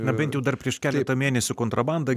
nebent jau dar prieš keletą mėnesių kontrabandą